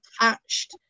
attached